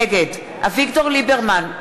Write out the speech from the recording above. נגד אביגדור ליברמן,